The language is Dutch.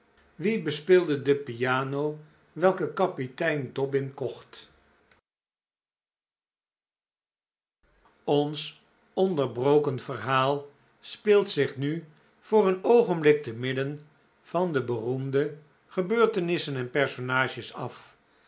wie bespeelde de piano welke kapitein dobbin kocht ommimiimio ng onc er b ro en vernaa l speelt zich nu voor een oogenblik te midden van bef p roemde gebeurtenissen en personages af